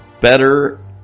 better